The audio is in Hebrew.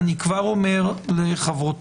אני כבר אומר לחברותיי